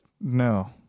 No